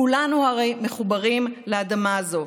כולנו הרי מחוברים לאדמה הזאת.